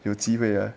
有机会啊